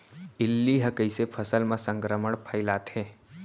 इल्ली ह कइसे फसल म संक्रमण फइलाथे?